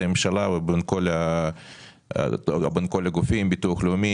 הממשלה ועם כל הגופים הרלוונטיים כמו ביטוח לאומי